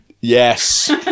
Yes